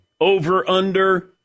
Over/under